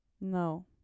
No